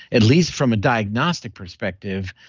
at least from a diagnostic perspective.